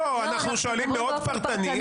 לא, אנחנו שואלים מאוד פרטני.